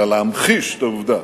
אלא להמחיש את העובדה